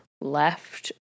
left